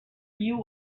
you